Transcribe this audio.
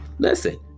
Listen